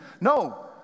No